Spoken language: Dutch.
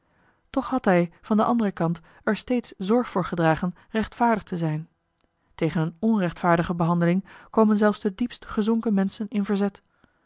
toch had hij van den anderen kant er steeds zorg voor gedragen rechtvaardig te zijn tegen een nrechtvaardige behandeling komen zelfs de diepst gezonken menschen in verzet